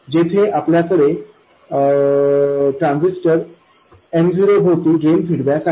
येथे आपल्याकडे transistor M0 भोवती ड्रेन फीडबॅक आहे